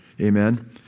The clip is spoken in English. amen